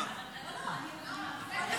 אני אשמח להשיב, אפשר?